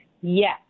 Yes